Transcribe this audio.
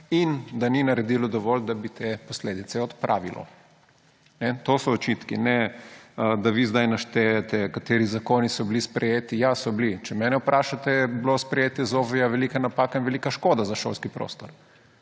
in da ni naredilo dovolj, da bi te posledice odpravilo. To so očitki, ne da vi zdaj naštejete, kateri zakoni so bili sprejeti. Ja, so bili. Če mene vprašate, je bilo sprejetje ZOFVI velika napaka in velika škoda za šolski prostor.